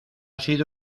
sido